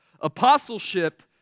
Apostleship